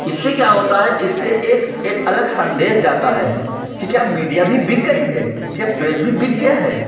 इससे क्या होता है इससे एक एक अलग सन्देश जाता है कि क्या मीडिया भी बिक गई है क्या प्रेस भी बिक गया है